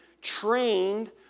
Trained